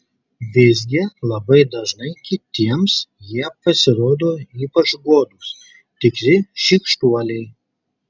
visgi labai dažnai kitiems jie pasirodo ypač godūs tikri šykštuoliai